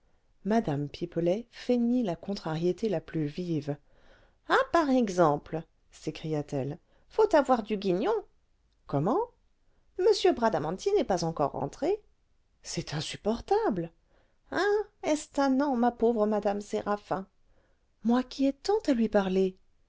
mme pipelet feignit la contrariété la plus vive ah par exemple s'écria-t-elle faut avoir du guignon comment m bradamanti n'est pas encore rentré c'est insupportable hein est-ce tannant ma pauvre madame séraphin moi qui ai tant à lui parler